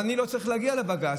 אבל אני לא צריך להגיע לבג"ץ.